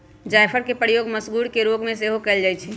जाफरके प्रयोग मसगुर के रोग में सेहो कयल जाइ छइ